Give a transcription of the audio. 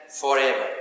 forever